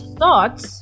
thoughts